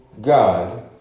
God